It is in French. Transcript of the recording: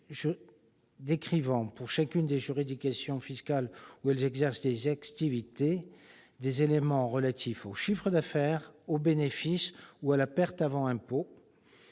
retraçant, pour chacune des juridictions fiscales où elles exercent des activités, des éléments relatifs au chiffre d'affaires, au bénéfice ou à la perte avant impôts,